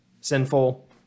sinful